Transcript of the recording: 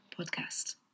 podcast